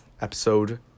episode